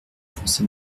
pensa